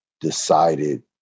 decided